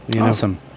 Awesome